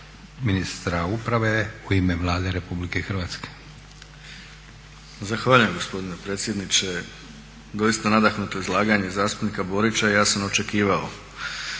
ministra uprave u ime Vlade Republike Hrvatske. **Bauk, Arsen (SDP)** Zahvaljujem gospodine predsjedniče. Doista nadahnuto izlaganje zastupnika Borić. Ja sam očekivao